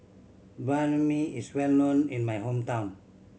Banh Mi is well known in my hometown